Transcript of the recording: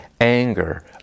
anger